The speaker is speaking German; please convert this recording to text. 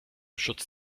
schutz